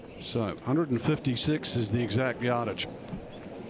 so hundred and fifty six is the exact yardage.